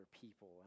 people